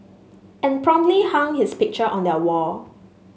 and promptly hung his picture on their wall